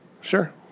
sure